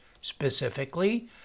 specifically